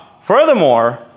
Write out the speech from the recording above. Furthermore